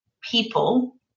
people